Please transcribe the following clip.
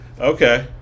Okay